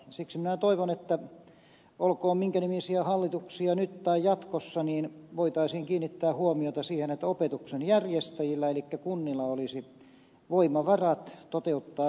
siksi minä toivon olkoon minkä nimisiä hallituksia nyt tai jatkossa että voitaisiin kiinnittää huomiota siihen että opetuksen järjestäjillä elikkä kunnilla olisi voimavarat toteuttaa hyvää opetusta